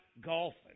golfing